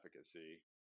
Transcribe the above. efficacy